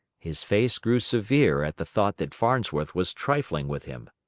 his face grew severe at the thought that farnsworth was trifling with him.